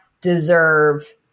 deserve